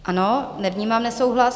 Ano, nevnímám nesouhlas.